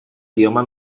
idioma